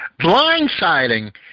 blindsiding